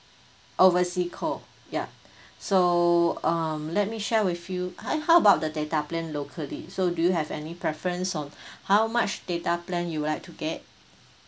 oversea call ya so um let me share with you how how about the data plan locally so do you have any preference on how much data plan you would like to get